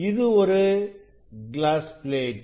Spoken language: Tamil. இது ஒரு கிளாஸ் பிளேட்